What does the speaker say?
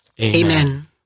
Amen